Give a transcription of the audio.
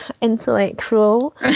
intellectual